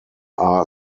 are